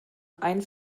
ein